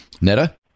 Netta